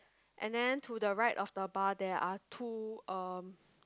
and then to the right of the bar there are two um